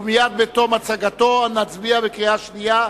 ומייד בתום הצגתו נצביע בקריאה שנייה,